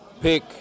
pick